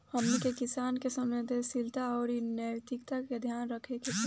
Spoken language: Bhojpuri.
हमनी के किसान के संवेदनशीलता आउर नैतिकता के ध्यान रखे के चाही